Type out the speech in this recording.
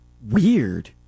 Weird